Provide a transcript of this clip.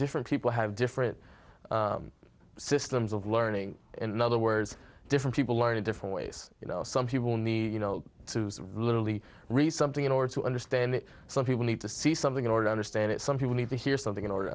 different people have different systems of learning in other words different people learn in different ways you know some people need you know literally re something in order to understand it some people need to see something in order to understand it some people need to hear something in order to